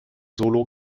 solo